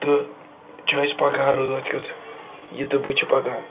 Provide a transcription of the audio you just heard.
تہٕ چھِ أسۍ پَکان رٲتھ کیُتھ یہِ تہٕ بہٕ چھِ پَکان